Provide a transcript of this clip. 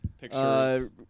Pictures